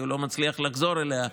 כי הוא לא מצליח לחזור אליה.